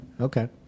Okay